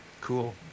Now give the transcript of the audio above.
Cool